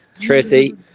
Tracy